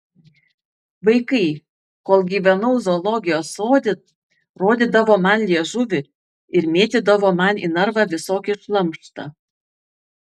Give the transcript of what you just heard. vaikai kol gyvenau zoologijos sode rodydavo man liežuvį ir mėtydavo man į narvą visokį šlamštą